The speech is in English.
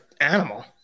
animal